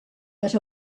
but